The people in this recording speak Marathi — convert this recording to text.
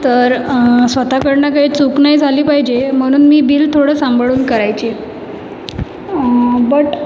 तर स्वतःकडनं काही चूक नाही झाली पाहिजे म्हणून मी बिल थोडं सांभाळून करायची बट